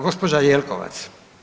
Gospođa Jelkovac.